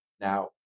Now